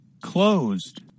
Closed